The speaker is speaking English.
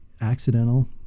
accidental